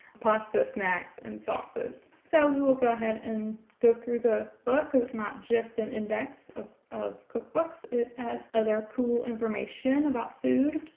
pasta, snacks, and sauces. so we will go ahead and go through the book because it's not just an index of of cookbooks. it has other cool information about food.